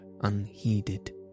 unheeded